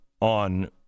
on